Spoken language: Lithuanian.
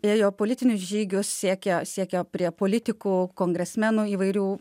ėjo politinius žygius siekė siekė prie politikų kongresmenų įvairių